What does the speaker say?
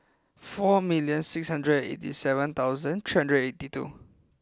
four million six hundred eighty seven thousand three hundred eighty two